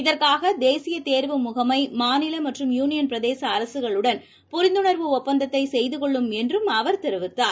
இதற்காகதேசியதேர்வு முகமை மாநிலமற்றும் யூனியன் பிரதேசஅரசுகளுடன் புரிந்துணர்வு ஒப்பந்தத்தைசெய்துகொள்ளும் என்றும் அவர் கூறினார்